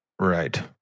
Right